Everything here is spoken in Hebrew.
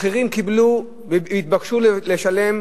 אחרים התבקשו לשלם